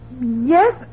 Yes